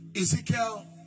Ezekiel